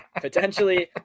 Potentially